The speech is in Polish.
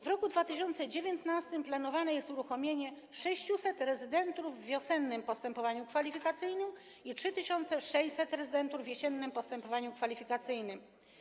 W roku 2019 planowane jest uruchomienie 600 rezydentur w wiosennym postępowaniu kwalifikacyjnym i 3600 rezydentur w jesiennym postępowaniu kwalifikacyjnym.